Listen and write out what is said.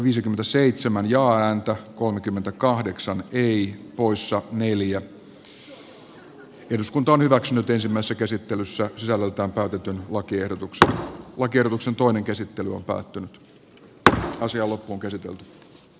nyt voidaan hyväksyä tai hylätä lakiehdotus jonka sisällöstä päätettiin ensimmäisessä käsittelyssä sisällöltään täytetyn lakiehdotuksella on kierroksen toinen käsittely on päättynyt ja asia loppuunkäsitea